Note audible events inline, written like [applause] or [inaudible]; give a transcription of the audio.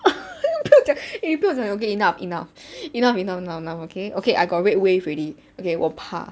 [laughs] 不要讲 eh 不要讲 liao okay enough enough enough enough now now okay okay I got red wave already okay 我怕